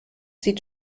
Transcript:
sieht